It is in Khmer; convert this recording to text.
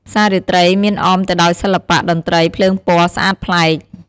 ផ្សាររាត្រីមានអមទៅដោយសិល្បៈ តន្ត្រី ភ្លើងពណ៌ស្អាតប្លែក។